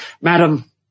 Madam